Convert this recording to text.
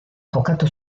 jokatu